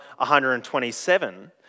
127